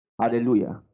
Hallelujah